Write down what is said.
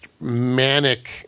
manic